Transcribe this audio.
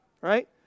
Right